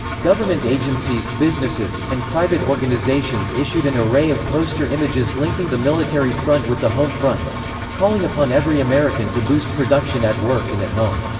government agencies, businesses, and private organizations issued an array of poster images linking the military front with the home front calling upon every american to boost production at work and at home.